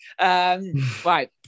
right